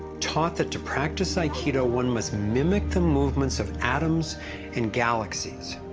taught that to practice aikido, one must mimic the movements of atoms and galaxies.